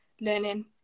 learning